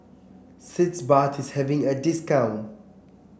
Sitz Bath is having a discount